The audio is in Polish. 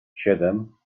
siedem